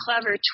clever